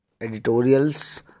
editorials